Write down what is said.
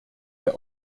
der